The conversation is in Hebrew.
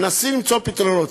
מנסים למצוא פתרונות.